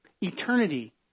eternity